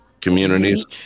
communities